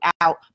out